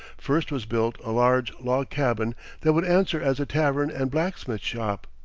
first was built a large log-cabin that would answer as a tavern and blacksmith's shop,